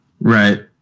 Right